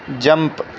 jump